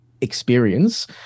experience